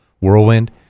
whirlwind